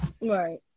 right